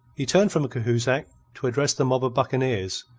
he turned from cahusac to address the mob of buccaneers,